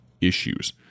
issues